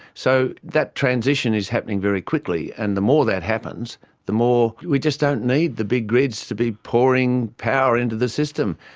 so that transition is happening very quickly, and the more that happens the more we just don't need the big grids to be pouring power into the system.